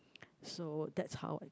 so that's how